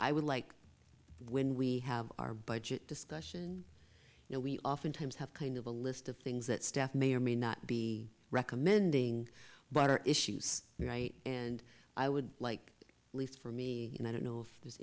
i would like when we have our budget discussion you know we oftentimes have kind of a list of things that staff may or may not be recommending butter issues right and i would like least for me and i don't know if there's